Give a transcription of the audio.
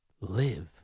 live